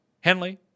Henley